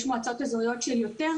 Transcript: יש מועצות אזוריות של יותר,